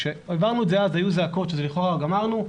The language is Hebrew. כשהעברנו את זה אז היו זעקות שלכאורה גמרנו,